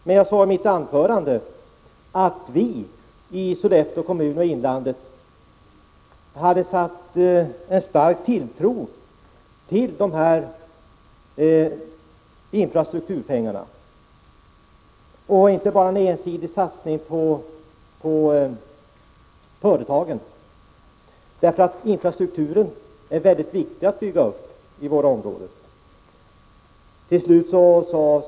Men jag sade i mitt anförande att vi i Sollefteå kommun och i inlandet har satt en stark tilltro till dessa infrastrukturmedel, inte bara för en ensidig satsning på företagen. Det är mycket viktigt att bygga upp infrastrukturen inom olika områden.